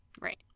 Right